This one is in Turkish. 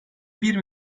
bir